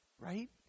Right